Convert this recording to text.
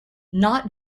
not